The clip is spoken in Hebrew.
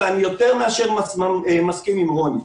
ואני יותר מאשר מסכים עם רוני אלשייך,